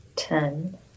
ten